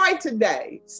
today